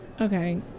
Okay